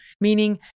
meaning